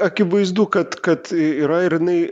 akivaizdu kad kad yra ir jinai